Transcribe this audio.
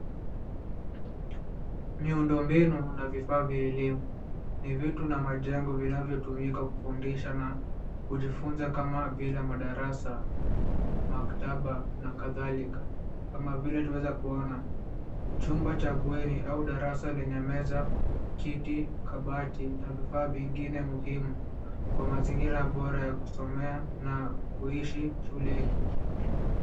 Miundombinu na vifaa vya elimu, ni vitu na majengo vinavyotumika kufundisha na kujifunza kama vile madarasa, maktaba na kadhalika, kama vile tunaweza kuona chumba cha bweni au darasa lenye meza, kiti, kabati na vifaa vingine muhimu kwa mazingira bora ya kusomea na kuishi shuleni.